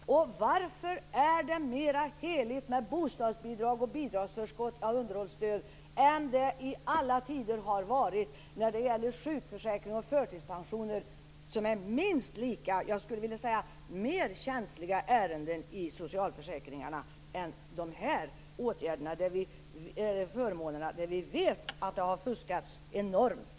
Varför är det mera heligt med bostadsbidrag och bidragsförskott av underhållsstöd än det i alla tider har varit när det gäller sjukförsäkring och förtidspensioner, som är minst lika, jag skulle vilja säga mer känsliga ärenden i socialförsäkringarna än de här förmånerna, där vi ju vet att det har fuskats enormt?